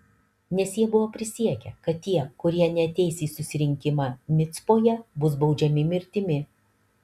nes jie buvo prisiekę kad tie kurie neateis į susirinkimą micpoje bus baudžiami mirtimi